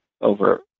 over